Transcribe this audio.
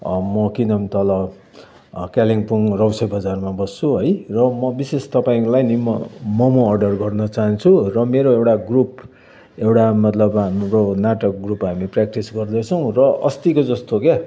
किन म तल कालिम्पोङ रौसे बजारमा बस्छु है म विशेष तपाईँलाई नि म मम अर्डर गर्न चाहन्छु र मेरो एउटा ग्रुप एउटा मतलब हाम्रो नाटक ग्रुप हामी प्र्याक्टिस गर्दैछौँ र अस्तिको जस्तो क्या